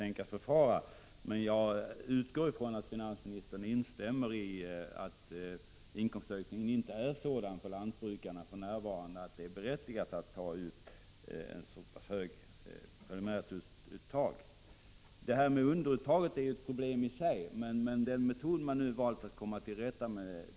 Lars Ernestam har frågat mig om jag avser att föreslå Om infc Orande av införande av en fiskevårdsavgift eller på annat sätt stärka anslagen till fiskevårdsavgift fiskevården.